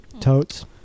Totes